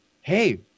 hey